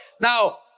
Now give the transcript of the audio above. Now